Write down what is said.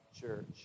church